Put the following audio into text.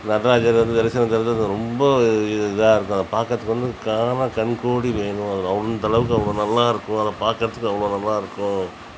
நடராஜர் வந்து தரிசனம் தருவது ரொம்ப இதாக இருக்கும் அதை பார்க்குறதுக்கு வந்து காண கண் கோடி வேணும் அவரு அந்த அளவுக்கு அவ்வளோ நல்லாயிருக்கும் அதை பார்க்குறதுக்கு அவ்வளோ நல்லாயிருக்கும்